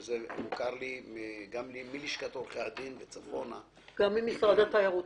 זה מוכר לי מלשכת עורכי הדין וצפונה --- גם ממשרד התיירות,